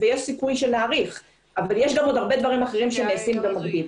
סיכוי שנאריך אבל יש גם עוד הרבה דברים אחרים שנעשים במקביל.